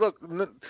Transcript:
look